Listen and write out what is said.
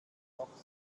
noch